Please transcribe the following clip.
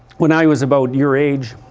when i was about your age